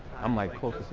i'm like close